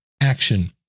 action